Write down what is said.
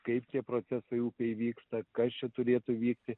kaip tie procesai upėje vyksta kas čia turėtų vykti